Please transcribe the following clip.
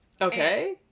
Okay